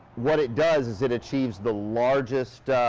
what it does is it achieves the largest